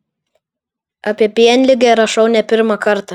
apie pienligę rašau ne pirmą kartą